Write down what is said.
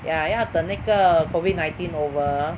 yeah 要等那个 COVID nineteen over